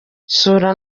gusura